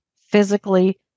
physically